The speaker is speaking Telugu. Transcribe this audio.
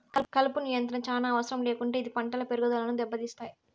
కలుపు నియంత్రణ చానా అవసరం లేకుంటే ఇది పంటల పెరుగుదనను దెబ్బతీస్తాయి